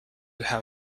have